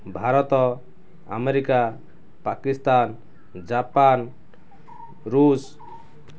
Bharat America Pakistan Japan ଋଷ